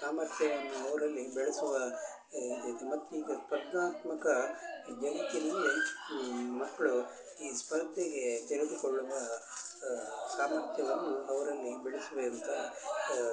ಸಾಮರ್ಥ್ಯವನ್ನು ಅವರಲ್ಲಿ ಬೆಳೆಸುವ ಇದು ಮತ್ತೀಗ ಪ್ರಜ್ಞಾತ್ಮಕ ಜಗತ್ತಿನಲ್ಲಿ ಮಕ್ಕಳು ಈ ಸ್ಪರ್ಧೆಗೆ ತೆರೆದುಕೊಳ್ಳುವ ಸಾಮರ್ಥ್ಯವನ್ನು ಅವರಲ್ಲಿ ಬೆಳೆಸುವ ಅಂತ